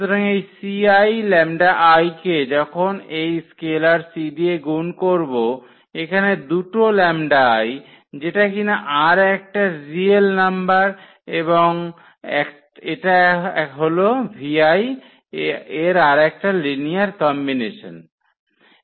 সুতরাং এই ci λi কে যখন এই স্কেলার c দিয়ে গুণ করবো এখানে দুটো λi যেটা কিনা আর একটা রিয়েল নাম্বার এবং এটা হল vi এর আরেকটা লিনিয়ার কম্বিনেশন কম্বিনেশন